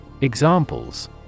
Examples